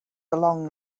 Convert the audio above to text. along